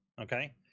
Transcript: okay